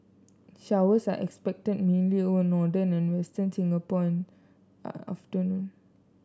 showers are expected mainly over northern and western Singapore in the afternoon